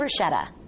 bruschetta